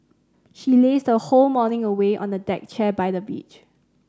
she lazed her whole morning away on a deck chair by the beach